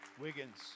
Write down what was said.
Wiggins